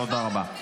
תודה רבה.